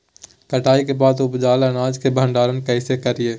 कटाई के बाद उपजल अनाज के भंडारण कइसे करियई?